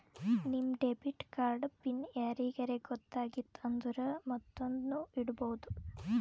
ನಿಮ್ debit card PIN ಯಾರಿಗರೇ ಗೊತ್ತಾಗಿತ್ತು ಅಂದುರ್ ಮತ್ತೊಂದ್ನು ಇಡ್ಬೋದು